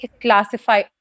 classify